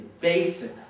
basic